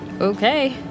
Okay